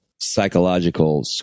psychological